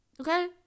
Okay